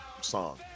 song